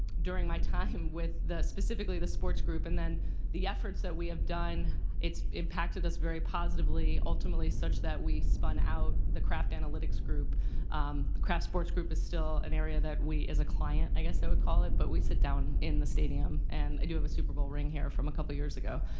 during my time um with specifically the sports group. and then the efforts that we have done it's impacted us very positively, ultimately, such that we spun out the kraft analytics group. the kraft sports group is still an area that we, as a client, i guess i would call it. but we sit down in the stadium and i do have a super bowl ring here from a couple years ago.